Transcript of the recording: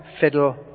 fiddle